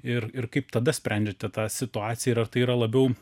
ir ir kaip tada sprendžiate tą situaciją ir ar tai yra labiau